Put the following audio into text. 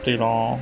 对咯